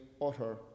utter